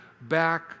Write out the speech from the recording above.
back